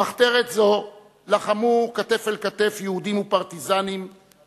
במחתרת זו לחמו כתף אל כתף פרטיזנים קרואטים ויהודים,